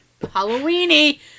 Halloweeny